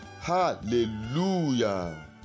Hallelujah